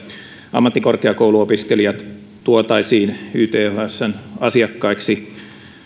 ammattikorkeakouluopiskelijat tuotaisiin ythsn asiakkaiksi